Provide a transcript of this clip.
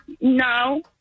no